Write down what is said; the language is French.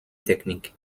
technique